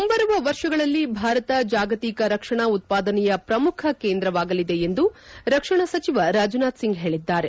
ಮುಂಬರುವ ವರ್ಷಗಳಲ್ಲಿ ಭಾರತ ಜಾಗತಿಕ ರಕ್ಷಣಾ ಉತ್ತಾದನೆಯ ಪ್ರಮುಖ ಕೇಂದ್ರವಾಗಲಿದೆ ಎಂದು ರಕ್ಷಣಾ ಸಚಿವ ರಾಜನಾಥ್ ಸಿಂಗ್ ಹೇಳಿದ್ದಾರೆ